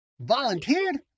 Volunteered